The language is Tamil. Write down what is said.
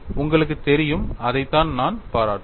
உங்களுக்குத் தெரியும் அதைத்தான் நான் பாராட்டுவேன்